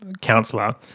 counselor